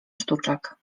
sztuczek